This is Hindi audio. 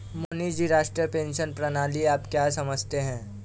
मोहनीश जी, राष्ट्रीय पेंशन प्रणाली से आप क्या समझते है?